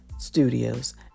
studios